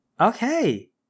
Okay